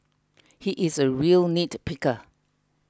he is a real nitpicker